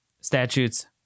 statutes